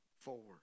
forward